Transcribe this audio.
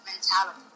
mentality